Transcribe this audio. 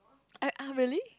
uh [uh]really